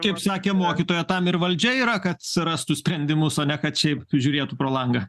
kaip sakė mokytoja tam ir valdžia yra kad surastų sprendimus o ne kad šiaip žiūrėtų pro langą